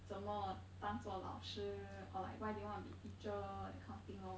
怎么当作老师 or like why they want to be teacher that kind of thing lor